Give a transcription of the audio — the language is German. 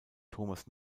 thomas